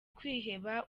kwiheba